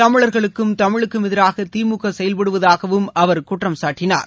தமிழர்களுக்கும் தமிழுக்கும் எதிராக திமுக செயல்படுவதாகவும் அவர் குற்றம் சாட்டினார்